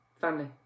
Family